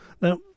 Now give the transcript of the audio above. Now